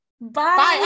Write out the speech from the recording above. Bye